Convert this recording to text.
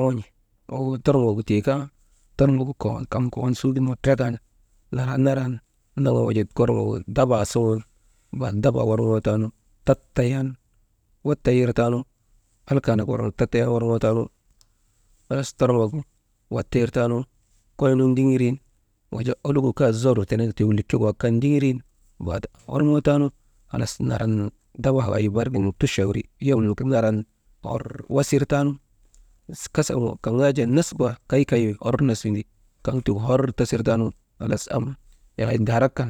Oŋon̰i tormbok gu tii kaa «hesitation» tormogu kaŋ kokon suugin ner trakan, naran laka wujaa tormbogu dabaa suŋun bat dabaa worŋoo taanu tayan watayir taanu alkaanak worŋoo taanu, halas tormbogu watayir tanu, koynu ndiŋirin, wujaa oluk gu kaa zor tenek likek tenek tiigu ndiŋirin bat aaworŋootaanu halas naran dabaa wey barigin tucha wiri, yom naran wasir taanu, kasawa kaŋ yak jaa nas gu ka kay kay wi, hor nas windi, kaŋ tiigu hor tasir taanu, halas am yahay daarak kan,